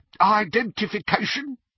identification